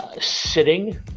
sitting